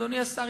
אדוני השר,